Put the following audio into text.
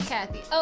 Kathy